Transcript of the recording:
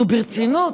נו, ברצינות.